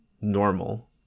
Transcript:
normal